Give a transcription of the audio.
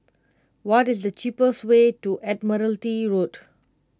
what is the cheapest way to Admiralty Road